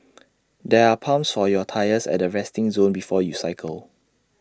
there are pumps for your tyres at the resting zone before you cycle